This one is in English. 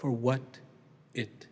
for what it